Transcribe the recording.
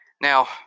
Now